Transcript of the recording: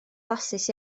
flasus